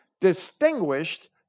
distinguished